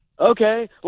Okay